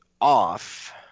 off